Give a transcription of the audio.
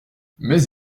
mais